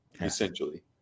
essentially